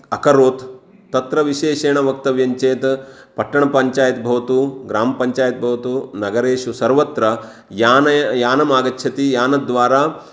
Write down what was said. अकरोत् तत्र विशेषेण वक्तव्यञ्चेत् पट्टणपञ्चायत् भवतु ग्राम् पञ्चायत् भवतु नगरेषु सर्वत्र यानं यानमागच्छति यानद्वारा